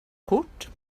kort